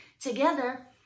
together